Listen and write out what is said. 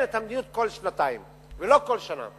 את המדיניות כל שנתיים ולא כל שנה.